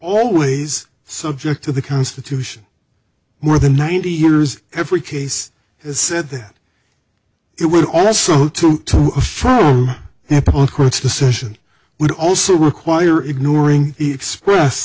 always subject to the constitution more than ninety years every case has said that it would also to affirm court's decision would also require ignoring the express